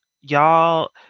y'all